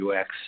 UX